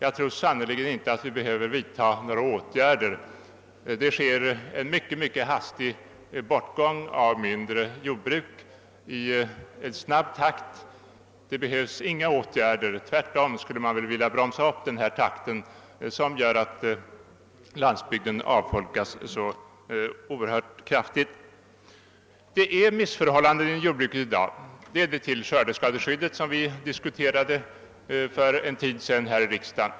Jag tror sannerligen inte att vi behöver vidta några åtgärder. Det sker en mycket hastig bortgång av mindre jordbruk. För det behövs ingen åtgärd; tvärtom skulle man väl vilja bromsa denna utveckling, som gör att landsbygden avfolkas så oerhört kraftigt. Det råder missförhållanden inom jordbruket i dag — jag tänker t.ex. på skördeskadeskyddet som vi diskuterade för en tid sedan här i riksdagen.